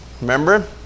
Remember